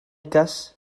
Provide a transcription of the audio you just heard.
neges